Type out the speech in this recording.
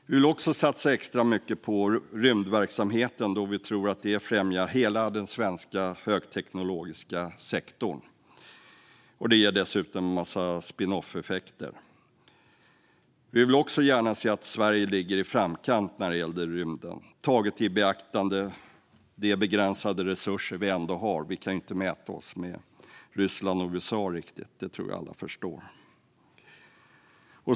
Vi vill satsa extra mycket på rymdverksamheten då vi tror att det främjar hela den svenska högteknologiska sektorn. Det ger dessutom en massa spinoff-effekter. Vi vill också gärna se att Sverige ligger i framkant när det gäller rymden, taget i beaktande de begränsade resurser som vi ändå har. Vi kan inte riktigt mäta oss med Ryssland och USA. Det tror jag att alla förstår.